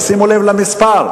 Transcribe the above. תשימו לב למספר,